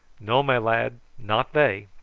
no, my lad, not they.